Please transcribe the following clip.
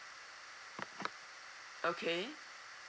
okay